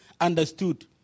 understood